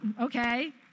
okay